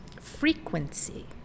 frequency